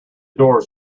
doors